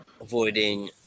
avoiding